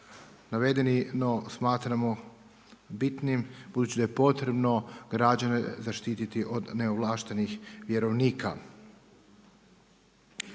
Navedeno smatramo bitnim budući da je potrebno građane zaštititi od neovlaštenih vjerovnika.